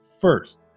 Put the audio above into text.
first